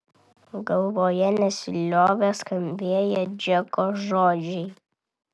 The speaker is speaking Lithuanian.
galvoje nesiliovė skambėję džeko žodžiai